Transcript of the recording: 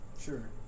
sure